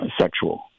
sexual